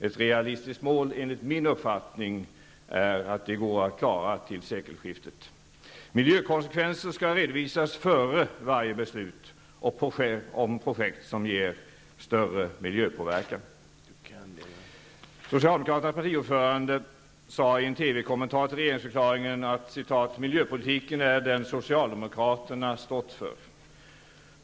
Ett realistiskt mål enligt min uppfattning är att det går att klara till sekelskiftet. Miljökonsekvenser skall redovisas före varje beslut och projekt som innebär större miljöpåverkan. ''miljöpolitiken är den socialdemokraterna stått för''.